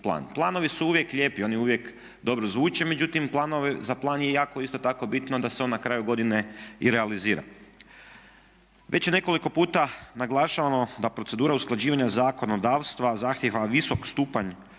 Planovi su uvijek lijepi, oni uvijek dobro zvuče međutim za plan je jako isto tako bitno da se on na kraju godine i realizira. Već je nekoliko puta naglašavano da procedura usklađivanja zakonodavstva zahtjeva visok stupanj